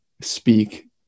speak